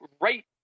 right